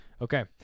Okay